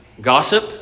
gossip